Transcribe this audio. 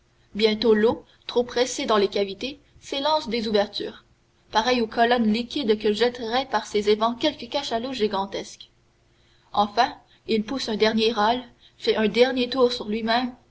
bientôt l'eau trop pressée dans les cavités s'élance des ouvertures pareille aux colonnes liquides que jetterait par ses évents quelque cachalot gigantesque enfin il pousse un dernier râle fait un dernier tour sur lui-même